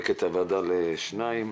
נחלק את הוועדה לשניים: